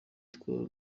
itwara